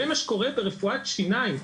זה מה שקורה ברפואת שיניים.